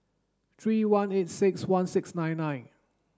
three one eight six one six nine nine